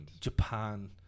Japan